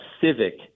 civic